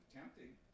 tempting